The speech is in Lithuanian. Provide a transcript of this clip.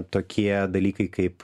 tokie dalykai kaip